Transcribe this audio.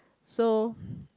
so